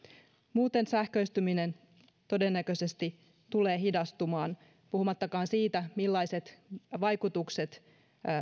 muuten sähköistyminen todennäköisesti tulee hidastumaan puhumattakaan siitä millaiset vaikutukset